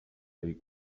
they